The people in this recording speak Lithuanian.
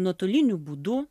nuotoliniu būdu